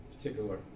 particular